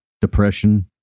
depression